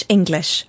English